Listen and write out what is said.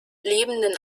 lebenden